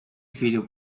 video